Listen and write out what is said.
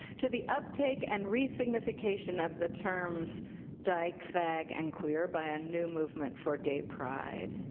to the uptake and resignification of the terms dyke, fag, and queer by a new movement for gay pride,